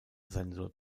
sensor